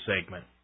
segment